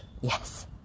Yes